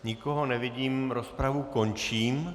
Nikoho nevidím, rozpravu končím.